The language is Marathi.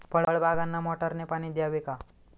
फळबागांना मोटारने पाणी द्यावे का?